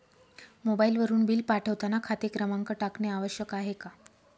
मोबाईलवरून बिल पाठवताना खाते क्रमांक टाकणे आवश्यक आहे का?